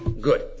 good